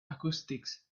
acoustics